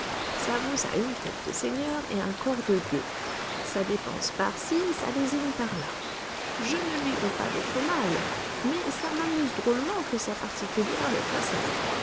ça vous a une tête de seigneur et un corps de gueux ça dépense par ci ça lésine par là je ne lui veux pas d'autre mal mais ça m'amuse drôlement que sa particulière le fasse aller